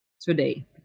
today